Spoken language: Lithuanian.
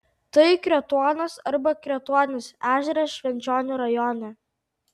tai kretuonas arba kretuonis ežeras švenčionių rajone